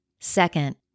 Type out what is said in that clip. Second